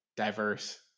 diverse